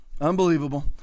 unbelievable